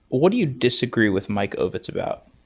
what do you disagree with mike ovitz about?